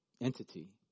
entity